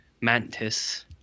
mantis